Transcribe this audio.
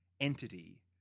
entity